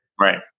Right